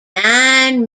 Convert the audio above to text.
nine